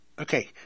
okay